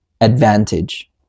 advantage